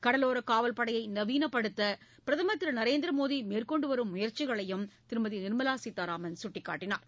கடலோரக் காவல்படையை நவீனப்படுத்த பிரதமர் திரு நரேந்திர மோடி மேற்கொண்டு வரும் முயற்சிகளையும் அவர் சுட்டிக்காட்டினார்